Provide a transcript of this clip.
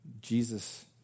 Jesus